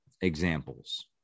examples